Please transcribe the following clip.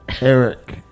Eric